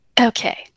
Okay